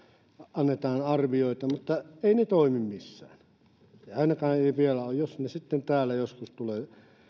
annetaan arvioita mutta eivät ne toimi missään eivät ainakaan vielä ole toimineet jospa ne sitten täällä joskus